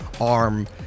arm